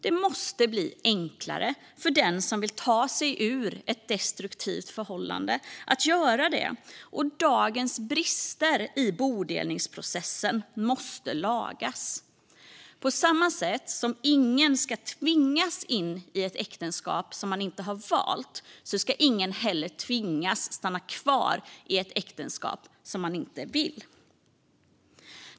Det måste bli enklare för den som vill ta sig ur ett destruktivt förhållande att separera, och dagens brister i bodelningsprocessen måste lagas. På samma sätt som ingen ska tvingas in i ett äktenskap man inte har valt ska ingen heller tvingas stanna kvar i ett äktenskap mot sin vilja.